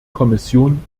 kommission